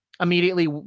immediately